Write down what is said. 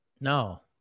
No